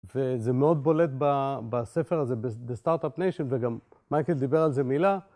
וזה מאוד בולט בספר הזה, בסטארט-אפ ניישן, וגם מייקל דיבר על זה מילה